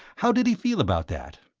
how did he feel about that?